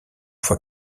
fois